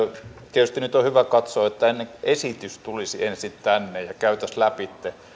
tietysti nyt on hyvä katsoa että esitys tulisi ensin tänne ja käytäisiin lävitse